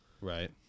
Right